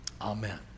Amen